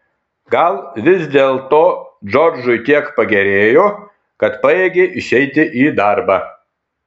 gal vis dėlto džordžui tiek pagerėjo kad pajėgė išeiti į darbą